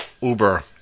Uber